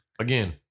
again